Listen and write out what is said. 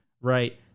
right